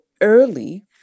early